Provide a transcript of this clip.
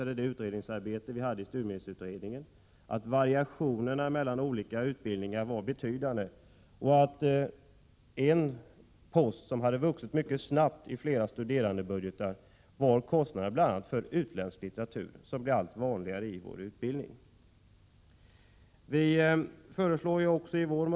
De utredningar vi har gjort i studiemedelsutredningen har visat att variationerna mellan olika utbildningar var betydande och att en post som vuxit mycket snabbt i flera studerandebudgetar var kostnader för utländsk litteratur, som blir allt vanligare i utbildningen.